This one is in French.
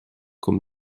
comme